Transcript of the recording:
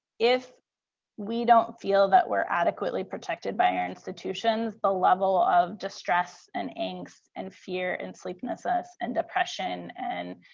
if we don't feel that we're adequately protected by our institutions, the level of distress and angst and fear and sleeplessness and depression and